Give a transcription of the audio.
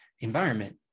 environment